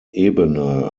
ebene